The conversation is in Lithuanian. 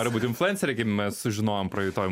nori būt influenceriai kaip mes sužinojom praeitoj